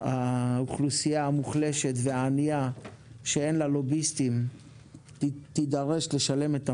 האוכלוסייה המוחלשת והענייה שאין לה לוביסטים תידרש לשלם את המחיר.